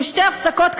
עם שתי הפסקות קצרות.